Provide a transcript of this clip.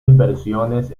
inversiones